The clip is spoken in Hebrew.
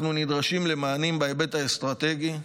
אנחנו נדרשים למענים בהיבט האסטרטגי.